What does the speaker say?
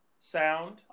sound